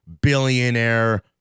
billionaire